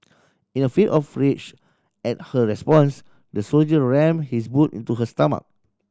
in a fit of rage at her response the soldier rammed his boot into her stomach